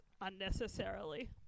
unnecessarily